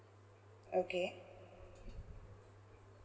okay